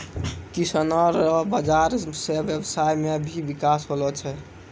किसानो रो बाजार से व्यबसाय मे भी बिकास होलो छै